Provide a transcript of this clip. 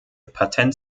patent